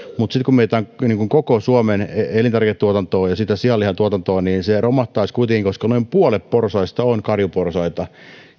mutta sitten kun mietitään koko suomen elintarviketuotantoa ja sitä sianlihatuotantoa niin se romahtaisi kuitenkin koska noin puolet porsaista on karjuporsaita